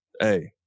hey